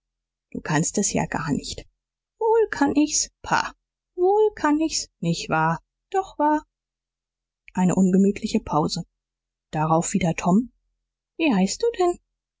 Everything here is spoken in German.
du kannst es ja gar nicht wohl kann ich's pah wohl kann ich's nicht wahr doch wahr eine ungemütliche pause darauf wieder tom wie heißt du denn